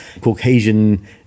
caucasian